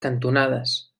cantonades